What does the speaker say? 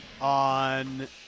on